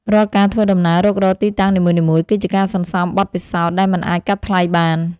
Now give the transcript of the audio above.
រាល់ការធ្វើដំណើររុករកទីតាំងនីមួយៗ គឺជាការសន្សំបទពិសោធន៍ដែលមិនអាចកាត់ថ្លៃបាន។